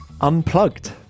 unplugged